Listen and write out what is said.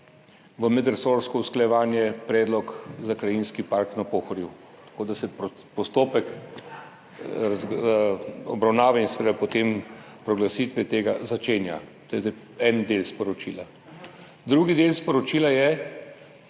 v medresorsko usklajevanje predlog za krajinski park na Pohorju, tako da se postopek obravnave in seveda potem proglasitve tega začenja. To je zdaj en del sporočila. Drugi del sporočila je,